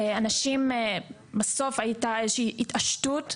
בסוף הייתה איזושהי התעשתות